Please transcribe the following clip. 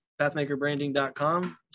Pathmakerbranding.com